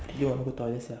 !aiyo! I want to go toilet sia